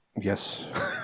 Yes